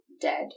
dead